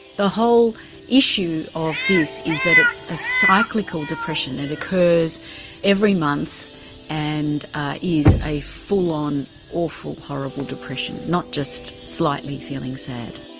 the whole issue of this is that it's a cyclical depression. it occurs every month and is a full-on awful, horrible depression, not just slightly feeling sad.